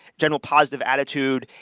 general positive attitude,